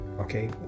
Okay